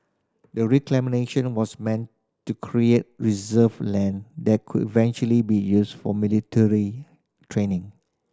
the reclamation was meant to create reserve land that could eventually be used for military training